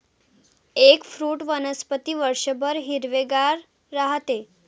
eggfruit वनस्पती वर्षभर हिरवेगार राहते